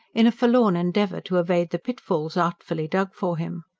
in a forlorn endeavour to evade the pitfalls artfully dug for him.